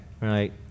right